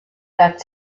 that